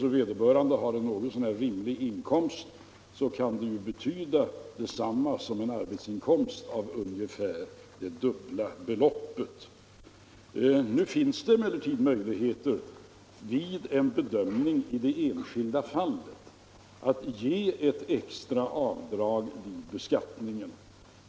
Om vederbörande har något så när rimlig inkomst, kan det för den blinde vara lika mycket värt som en arbetsinkomst på ungefär det dubbla beloppet. Det finns emellertid också möjligheter att i det enskilda fallet bevilja extra avdrag vid beskattningen.